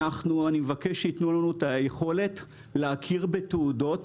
אני מבקש שייתנו לנו את היכולת להכיר בתעודות